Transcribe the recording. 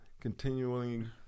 continuing